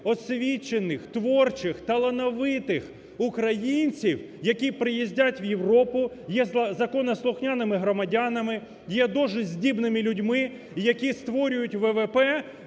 освічених, творчих, талановитих українців, які приїздять в Європу є законослухняними громадянами, є дуже здібними людьми, які створюють ВВП